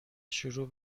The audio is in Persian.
شروع